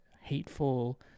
hateful